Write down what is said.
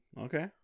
Okay